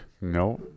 no